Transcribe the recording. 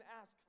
ask